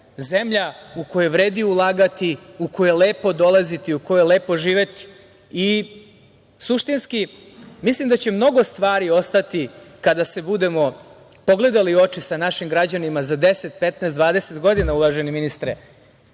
zemlja u kojoj vredi ulagati, u koju je lepo dolaziti, u kojoj je lepo živeti. Suštinski, mislim da će mnogo stvari ostati kada se budemo pogledali u oči sa našim građanima za 10, 15, 20 godina, uvaženi ministre,